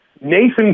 Nathan